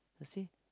you see